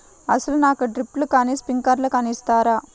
అసలు నాకు డ్రిప్లు కానీ స్ప్రింక్లర్ కానీ ఇస్తారా?